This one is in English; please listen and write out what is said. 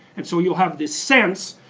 and so you'll have this sense,